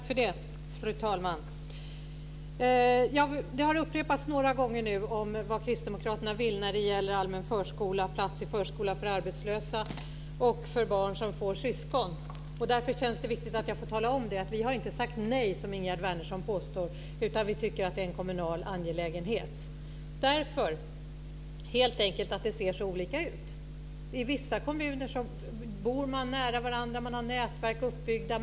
Fru talman! Det har upprepats några gånger nu vad kristdemokraterna vill när det gäller allmän förskola och plats i förskola för barn till arbetslösa föräldrar och barn som får syskon. Därför känns det viktigt att jag får tala om att vi inte har sagt nej, som Ingegerd Wärnersson påstår. Vi tycker att det är en kommunal angelägenhet helt enkelt därför att det ser så olika ut. I vissa kommuner bor man nära varandra, man har uppbyggda nätverk.